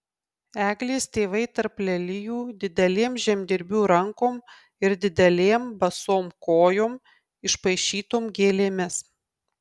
eglės tėvai tarp lelijų didelėm žemdirbių rankom ir didelėm basom kojom išpaišytom gėlėmis